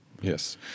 Yes